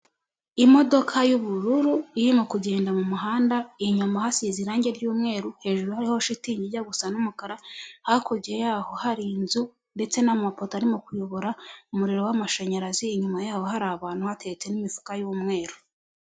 Imodoka y'ubururu irimo kugenda mu muhanda inyuma hasize irangi ry'umweru hejuru hariho shitingi ijya gusa n'umukara, hakurya y'aho hari inzu ndetse n'amapoto arimo kuyobora umuriro w'amashanyarazi, inyuma yaho hari abantu hateretse n'imifuka y'umweru.